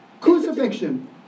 Crucifixion